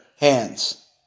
hands